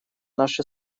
наши